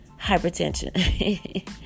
Hypertension